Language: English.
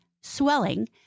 swelling